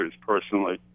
personally